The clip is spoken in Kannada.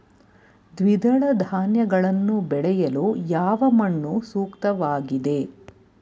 ದ್ವಿದಳ ಧಾನ್ಯಗಳನ್ನು ಬೆಳೆಯಲು ಯಾವ ಮಣ್ಣು ಸೂಕ್ತವಾಗಿದೆ?